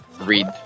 read